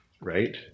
right